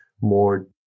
more